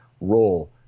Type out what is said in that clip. role